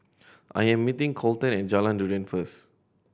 I am meeting Kolten at Jalan Durian first